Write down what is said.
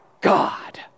God